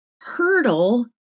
hurdle